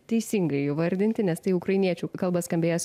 teisingai įvardinti nes tai ukrainiečių kalba skambėjęs